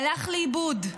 הלך לאיבוד.